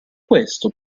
questo